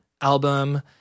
album